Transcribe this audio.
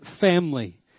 family